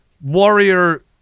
warrior